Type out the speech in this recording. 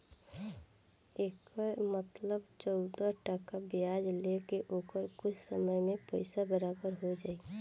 एकर मतलब चौदह टका ब्याज ले के ओकर कुछ समय मे पइसा बराबर हो जाई